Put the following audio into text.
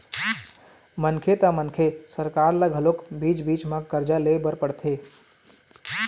मनखे त मनखे सरकार ल घलोक बीच बीच म करजा ले बर पड़ जाथे